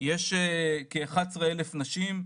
יש כ-11,000 נשים,